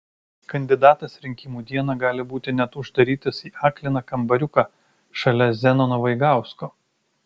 kandidatas rinkimų dieną gali būti net uždarytas į akliną kambariuką šalia zenono vaigausko